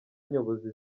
nyobozi